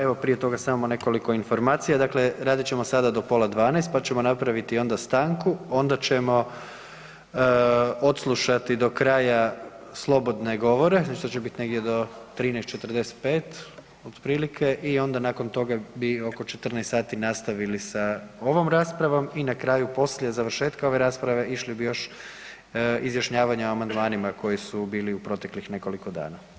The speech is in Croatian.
Evo prije toga samo nekoliko informacija, dakle radit ćemo sada do pola 12, pa ćemo napraviti onda stanku, onda ćemo odslušati do kraja slobodne govore to će biti negdje do 13:45 otprilike i onda nakon toga bi oko 14:00 sati nastavili sa ovom raspravom i na kraju poslije završetka ove rasprave išli bi još izjašnjavanje o amandmanima koji su bili u proteklih nekoliko dana.